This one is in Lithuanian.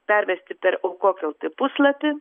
pervesti per aukok lt puslapį